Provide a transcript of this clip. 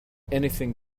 anything